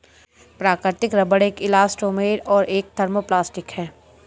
प्राकृतिक रबर एक इलास्टोमेर और एक थर्मोप्लास्टिक है